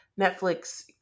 Netflix